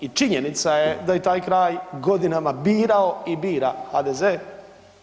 I činjenica je da je taj kraj godinama birao i bira HDZ-e.